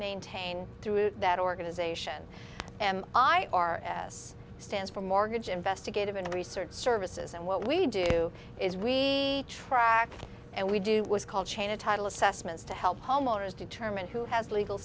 maintain through that organization am i r s stands for mortgage investigative and research services and what we do is we track and we do was called chain a title assessments to help homeowners determine who has legal